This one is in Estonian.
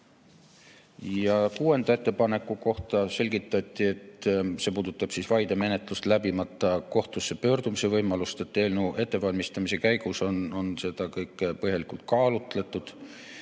Kuuenda ettepaneku kohta selgitati, et see puudutab vaidemenetlust läbimata kohtusse pöördumise võimalust. Eelnõu ettevalmistamise käigus on seda põhjalikult kaalutletud